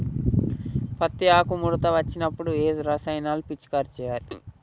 పత్తి ఆకు ముడత వచ్చినప్పుడు ఏ రసాయనాలు పిచికారీ చేయాలి?